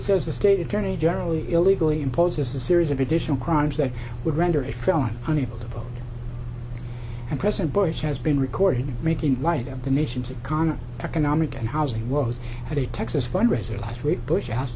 says the state attorney general illegally imposes a series of additional crimes that would render a felony unable to vote and president bush has been recorded making light of the nation's economy economic and housing woes at a texas fundraiser last week bush as